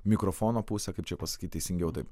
mikrofono pusę kaip čia pasakyt teisingiau taip